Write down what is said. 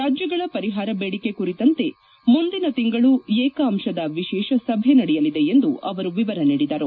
ರಾಜ್ಲಗಳ ಪರಿಹಾರ ಬೇಡಿಕೆ ಕುರಿತಂತೆ ಮುಂದಿನ ತಿಂಗಳು ಏಕ ಅಂಶದ ವಿಶೇಷ ಸಭೆ ನಡೆಯಲಿದೆ ಎಂದು ಅವರು ವಿವರ ನೀಡಿದರು